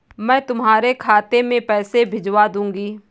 मैं तुम्हारे खाते में पैसे भिजवा दूँगी